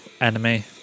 enemy